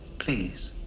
please.